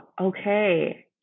Okay